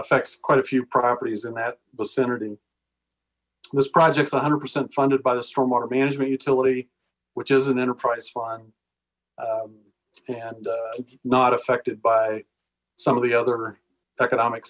affects quite a few properties in that vicinity this project's a hundred percent funded by the stormwater management utility which is an enterprise fund and not affected by some of the other economic